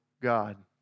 God